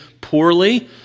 poorly